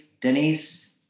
Denise